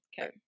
Okay